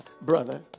brother